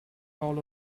all